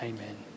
Amen